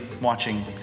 watching